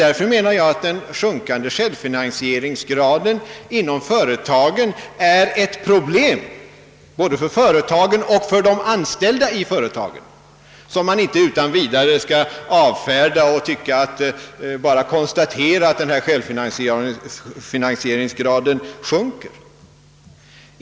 Därför menar jag att den sjunkande självfinansieringsgraden inom företagen är ett problem för både företagen och de anställda i företagen, vilket man inte utan vidare skall avfärda med att bara konstatera att självfinansieringsgraden sjunker.